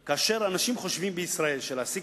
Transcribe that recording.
הרי כאשר אנשים בישראל חושבים שלהעסיק